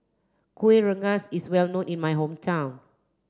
Kueh Rengas is well known in my hometown